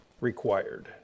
required